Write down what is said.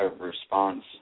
response